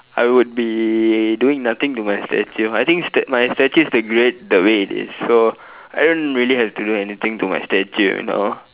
I would be doing nothing to my statue I think sta~ my statue is the great the way it is so I don't really have to do anything to my statue you know